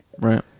Right